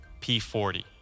P40